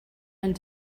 and